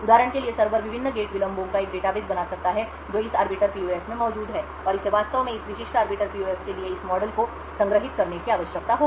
उदाहरण के लिए सर्वर विभिन्न गेट विलंबों का एक डेटाबेस बना सकता है जो इस आर्बिटर पीयूएफ में मौजूद हैं और इसे वास्तव में इस विशिष्ट आर्बिटर पीयूएफ के लिए इस मॉडल को संग्रहीत करने की आवश्यकता होगी